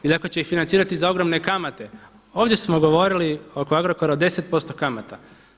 I ako će ih financirati za ogromne kamate ovdje smo govorili oko Agrokora o 10% kamata.